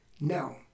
now